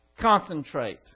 Concentrate